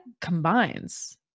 combines